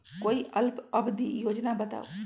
कोई अल्प अवधि योजना बताऊ?